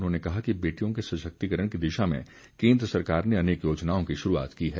उन्होंने कहा कि बेटियों के सशक्तिकरण की दिशा में केन्द्र सरकार ने अनेक योजनाओं की शुरूआत की है